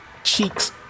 Cheeks